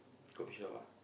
coffeeshop ah